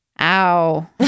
ow